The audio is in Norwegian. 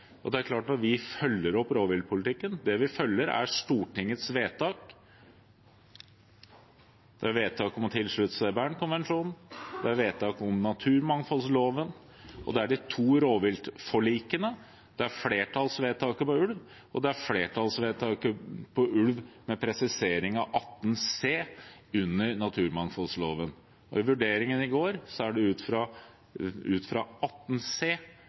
klagebehandling. Det er klart at når vi følger opp rovviltpolitikken, er det vi følger, Stortingets vedtak, det er vedtak om å tilslutte seg Bernkonvensjonen, det er vedtak om naturmangfoldloven, det er de to rovviltforlikene, det er flertallsvedtaket på ulv, og det er flertallsvedtaket på ulv med presisering av § 18 c under naturmangfoldloven. I vurderingen i går er det ut fra § 18 c det er gitt tillatelse til uttak av Slettås-flokken, ut fra